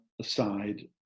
aside